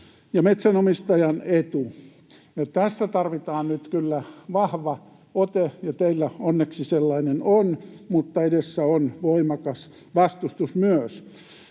metsänomistajan etu. Tässä tarvitaan nyt kyllä vahva ote, ja teillä onneksi sellainen on, mutta edessä on voimakas vastustus myös.